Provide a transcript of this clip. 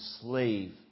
slave